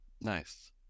Nice